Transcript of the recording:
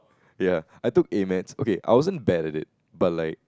ya I took A-maths okay I wasn't bad at it but like